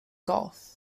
golf